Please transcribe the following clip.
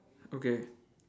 okay